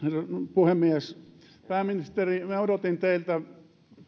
puhemies pääministeri minä odotin teiltä